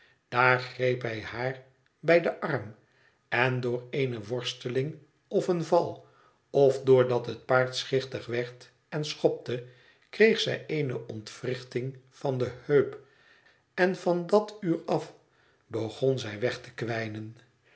greep hij haar bij den arm en door eene worsteling of een val of door dat het paard schichtig werd en schopte kreeg zij eene ontwrichting van de heup en van dat uur af begon zij weg te kwijnen